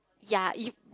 ya you